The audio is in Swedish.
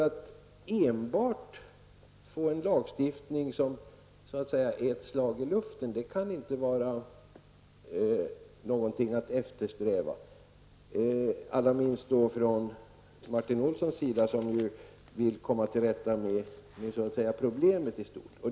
Att få en lagstiftning som så att säga är ett slag i luften är ju inte någonting att eftersträva. Allra minst kan Martin Olsson önska detta, eftersom han ju vill komma till rätta med problemet i stort.